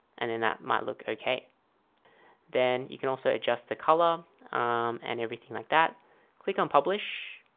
and then that might look okay then you can also adjust the color and everything like that click on publish